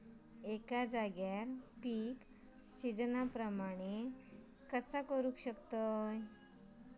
एका जाग्यार पीक सिजना प्रमाणे कसा करुक शकतय?